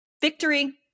victory